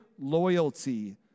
loyalty